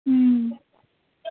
اۭں